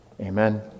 Amen